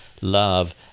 love